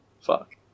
Fuck